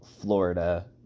Florida